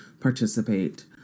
participate